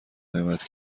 غیبت